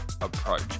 approach